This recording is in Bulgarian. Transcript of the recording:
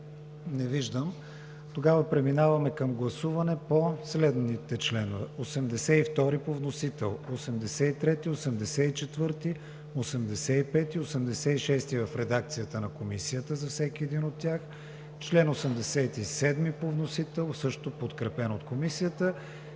Няма. Преминаваме към гласуване по следните членове: 82 по вносител; 83, 84, 85, 86 в редакцията Комисията за всеки един от тях; чл. 87 по вносител, също подкрепен от Комисията;